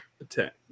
attack